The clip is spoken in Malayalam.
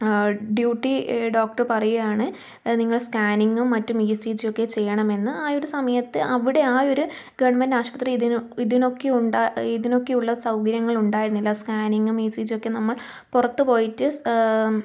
ഡ്യൂട്ടി ഡോക്ടർ പറയുകയാണ് നിങ്ങൾ സ്കാനിങ്ങും മറ്റും ഇ സി ജി ഒക്കെ ചെയ്യണമെന്ന് ആ ഒരു സമയത്ത് അവിടെ ആ ഒരു ഗവൺമെന്റ് ആശുപത്രി ഇതിനൊക്കെ ഉണ്ടായി ഇതിനൊക്കെയുള്ള സൗകര്യങ്ങൾ ഉണ്ടായിരുന്നില്ല സ്കാനിങ്ങും ഇ സി ജി ഒക്കെ നമ്മൾ പുറത്ത് പോയിട്ട്